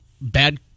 bad